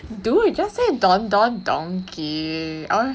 dude just say Don Don Donki